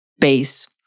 base